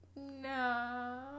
No